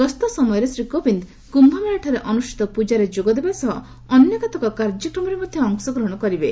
ଗସ୍ତ ସମୟରେ ଶ୍ରୀ କୋବିନ୍ଦ କ୍ୟୁମେଳାଠାରେ ଅନୁଷ୍ଠିତ ପ୍ରଜାରେ ଯୋଗଦେବା ସହ ଅନ୍ୟ କେତେକ କାର୍ଯ୍ୟକ୍ରମରେ ମଧ୍ୟ ଅଂଶଗ୍ରହଣ କରିବେ